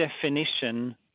definition